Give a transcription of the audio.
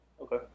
Okay